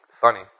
funny